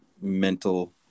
mental